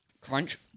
Crunch